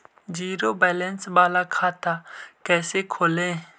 Zero balance बाला खाता कैसे खोले?